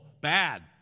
bad